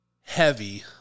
heavy